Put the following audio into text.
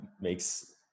makes